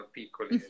piccoli